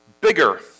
Bigger